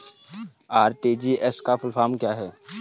RTGS का full form क्या है?